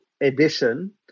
edition